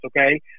okay